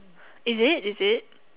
is it is it